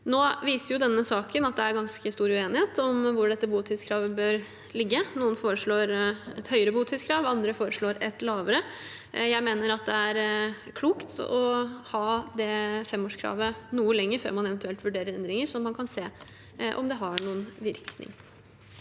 Nå viser denne saken at det er ganske stor uenighet om hvor dette botidskravet bør ligge. Noen foreslår et høyere botidskrav, andre foreslår et lavere. Jeg mener det er klokt å ha femårskravet noe lenger før man eventuelt vurderer endringer, så man kan se om det har noen virkning.